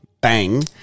bang